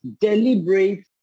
deliberate